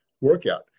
workout